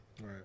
Right